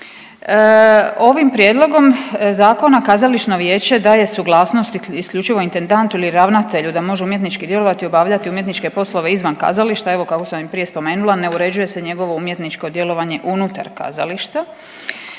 Ovim prijedlogom zakona kazališno vijeće daje suglasnost isključivo intendantu ili ravnatelju da može umjetnički djelovati i obavljati umjetničke poslove izvan kazališta, evo kako sam i prije spomenula, ne uređuje se njegovo umjetničko djelovanje unutar kazališta,